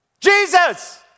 Jesus